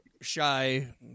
shy